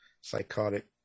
psychotic